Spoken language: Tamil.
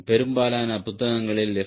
பெரும்பாலான புத்தகங்களில் எஃப்